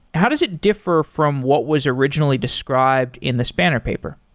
how does it differ from what was originally described in the spanner paper?